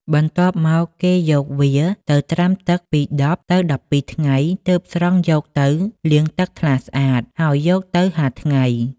បន្ទាប់មក គេយកវាទៅត្រាំទឹកពី ១០ ទៅ ១២ ថ្ងៃ ទើប ស្រង់យកទៅលាងទឹកថ្លាស្អាត ហើយយកទៅហាលថ្ងៃ ។